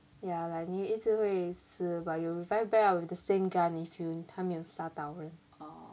ya but 你一直会死 but you'll revive back ah with the same gun if you 他没有杀到人